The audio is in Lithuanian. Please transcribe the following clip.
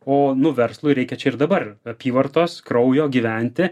o nu verslui reikia čia ir dabar apyvartos kraujo gyventi